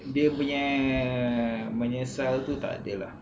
dia punya menyesal tu takde lah